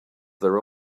their